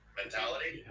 mentality